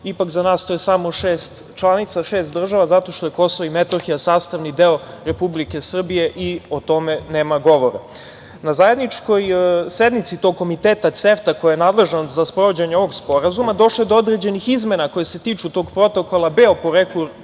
ipak za nas to je samo šest članica, šest država, zato što je Kosovo i Metohija sastavni deo Republike Srbije i o tome nema govora. Na zajedničkoj sednici tog Komiteta CEFTA, koji je nadležan za sprovođenje ovog sporazuma, došlo je do određenih izmena koje se tiču tog Protokola B o poreklu